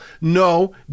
No